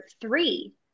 three